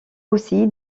aussi